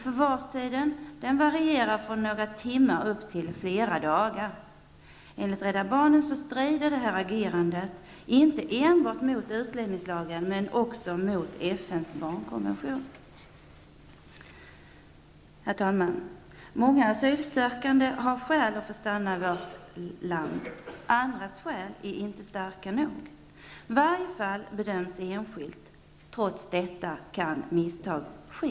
Förvarstiden varierar från några timmar upp till flera dagar. Enligt Rädda barnen strider detta agerande inte enbart mot utlänningslagen utan också mot FNs barnkonvention. Herr talman! Många asylsökande har skäl att få stanna i vårt land. Andra asylsökandes skäl är inte starka nog. Varje fall bedöms enskilt. Trots detta kan misstag ske.